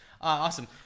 Awesome